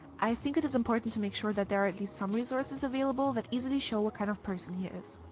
i think it is important to make sure that there are at least some resources available that easily show what kind of person he is.